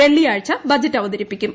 വെള്ളിയാഴ്ച ബജറ്റ് അവതരിപ്പിക്കും